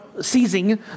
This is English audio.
seizing